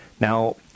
Now